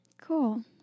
Cool